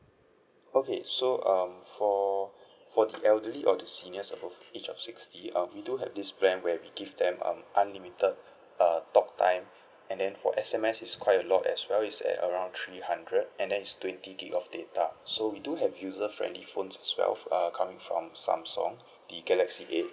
okay so um for for the elderly or the senior above age of sixty err we do have this plan where we give them um unlimited err talk time and then for S_M_S it's quite a lot as well it's at around three hundred and then it's twenty gigabyte of data so we do have user friendly phone as well err coming from Samsung the galaxy eight